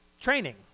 training